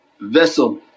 vessel